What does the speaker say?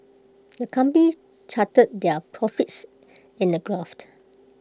the company charted their profits in A graft